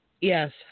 Yes